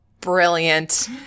Brilliant